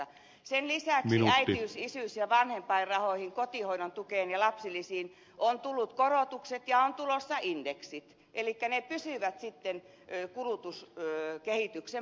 sen lisäksi äi tiys isyys ja vanhempainrahoihin kotihoidon tukeen ja lapsilisiin on tullut korotukset ja on tulossa indeksit elikkä ne pysyvät sitten kulutuskehityksen mukana